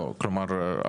לא, כלומר,